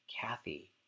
Kathy